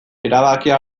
erabakia